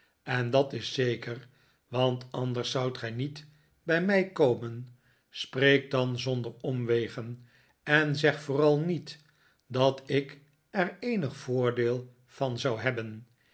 en dat is zeker want anders zoudt gij niet bij mij komen spreek dan zonder omwegen en zeg vooral niet dat ik er eenig voordeel van zou hebben